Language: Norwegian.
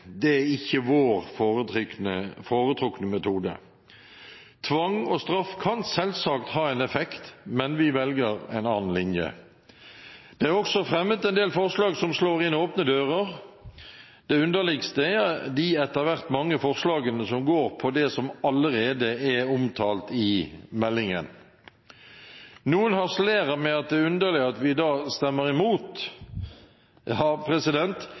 Det er ikke vår foretrukne metode. Tvang og straff kan selvsagt ha en effekt, men vi velger en annen linje. Det er også fremmet en del forslag som slår inn åpne dører. Det underligste er de etter hvert mange forslagene som går på det som allerede er omtalt i meldingen. Noen harselerer med at det er underlig at vi da stemmer imot. Ja,